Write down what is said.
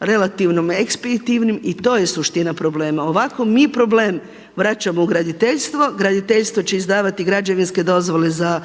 relativno ekspeditivnim i to je suština problema. Ovako mi problem vraćamo u graditeljstvo, graditeljstvo će izdavati građevinske dozvole za